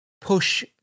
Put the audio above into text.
push